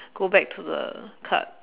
go back to the card